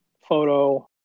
photo